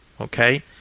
Okay